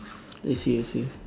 I see I see